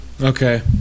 Okay